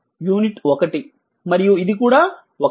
ఇది యూనిట్ 1 మరియు ఇది కూడా 1